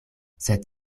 sed